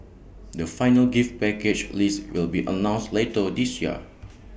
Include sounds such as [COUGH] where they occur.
[NOISE] the final gift package list will be announced later this year